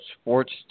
sports